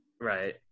Right